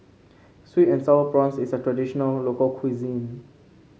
sweet and sour prawns is a traditional local cuisine